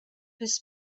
his